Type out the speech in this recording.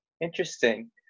Interesting